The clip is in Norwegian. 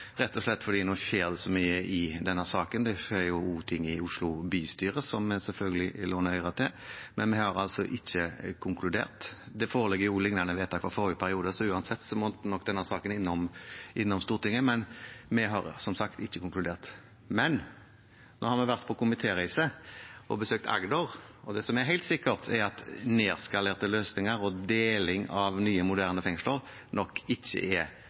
skjer jo også ting i Oslo bystyre, som vi selvfølgelig låner øre til, men vi har altså ikke konkludert. Det foreligger lignende vedtak fra forrige periode, så uansett må nok denne saken innom Stortinget, men vi har som sagt ikke konkludert. Men nå har vi vært på komitéreise og besøkt Agder, og det som er helt sikkert, er at nedskalerte løsninger og deling av nye, moderne fengsler nok ikke er